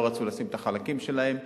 לא רצו לשים את החלקים שלהם,